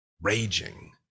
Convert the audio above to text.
raging